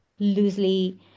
loosely